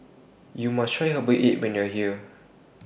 YOU must Try Herbal Egg when YOU Are here